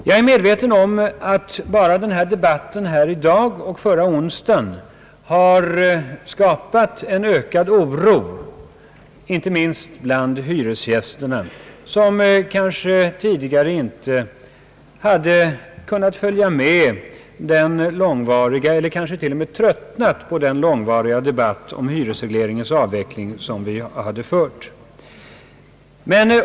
Jag är medveten om att bara debatten här i dag och förra onsdagen har skapat en ökad oro, inte minst bland hyresgästerna, som tidigare inte hade kunnat följa med eller kanske tröttnat på den långvariga debatt om hyresregleringens avveckling som har förts.